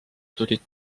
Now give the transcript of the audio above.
tulid